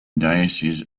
diocese